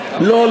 לא,